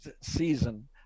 season